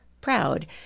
proud